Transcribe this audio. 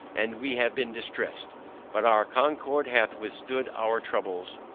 and we have been distressed but our concord hath withstood our troubles,